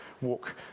walk